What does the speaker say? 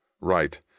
Right